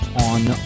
on